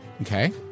Okay